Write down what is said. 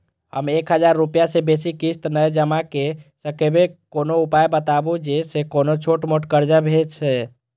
हम एक हजार रूपया से बेसी किस्त नय जमा के सकबे कोनो उपाय बताबु जै से कोनो छोट मोट कर्जा भे जै?